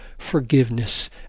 forgiveness